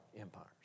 empires